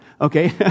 Okay